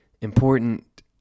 important